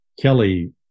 Kelly